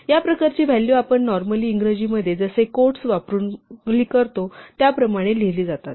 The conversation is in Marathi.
या प्रकारची व्हॅलू आपण नॉर्मली इंग्रजीमध्ये जसे क्वोट्स वापरून करतो त्याप्रमाणे लिहिली जातात